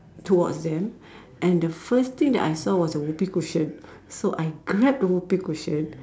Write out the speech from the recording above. towards them and the first thing that I saw was the Whoopee cushion so I grab the Whoopee cushion